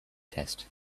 test